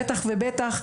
בטח ובטח,